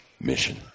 mission